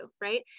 right